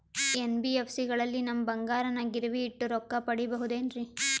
NBFC ಗಳಲ್ಲಿ ನಮ್ಮ ಬಂಗಾರನ ಗಿರಿವಿ ಇಟ್ಟು ರೊಕ್ಕ ಪಡೆಯಬಹುದೇನ್ರಿ?